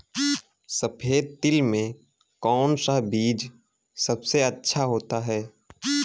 सफेद तिल में कौन सा बीज सबसे अच्छा होता है?